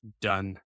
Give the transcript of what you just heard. done